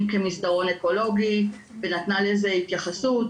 כמסדרון אקולוגי ונתנה לזה התייחסות.